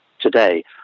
today